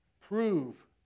Prove